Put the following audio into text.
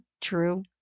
true